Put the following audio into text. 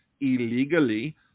illegally